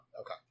Okay